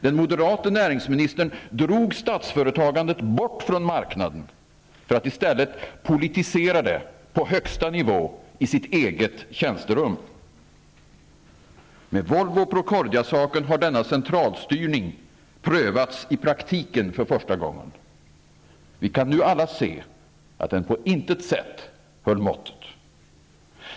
Den moderate näringsministern drog statsföretagandet bort från marknaden, för att i stället politisera det på högsta nivå i sitt eget tjänsterum. Med Volvo-Procordiasaken har denna centralstyrning prövats i praktiken för första gången. Vi kan nu alla se att den på intet sätt höll måttet.